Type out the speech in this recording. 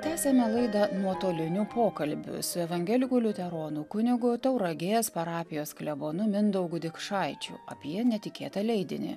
tęsiame laidą nuotoliniu pokalbiu su evangelikų liuteronų kunigu tauragės parapijos klebonu mindaugu dikšaičiu apie netikėtą leidinį